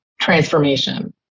transformation